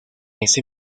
ese